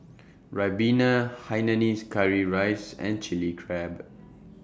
Ribena Hainanese Curry Rice and Chilli Crab